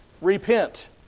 Repent